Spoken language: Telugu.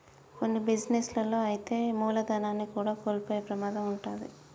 కొన్ని బిజినెస్ లలో అయితే మూలధనాన్ని కూడా కోల్పోయే ప్రమాదం కూడా వుంటది